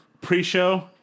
pre-show